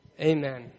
Amen